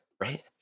right